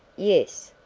yes,